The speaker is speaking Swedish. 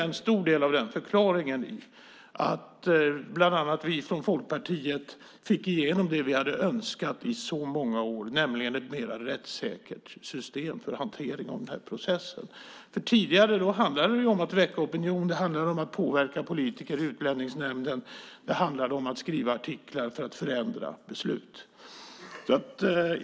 En stor del av den förklaringen vilar i att bland annat vi från Folkpartiet fick igenom det vi hade önskat i så många år, nämligen ett mer rättssäkert system för hantering av den här processen. Tidigare handlade det om att väcka opinion, att påverka politiker i Utlänningsnämnden och att skriva artiklar för att förändra beslut.